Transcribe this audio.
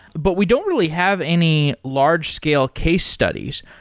but we don't really have any large scale case studies.